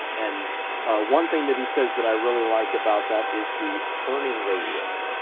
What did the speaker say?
and one thing that he says that i really like about that is the turning radius.